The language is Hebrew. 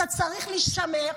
אתה צריך להישמר.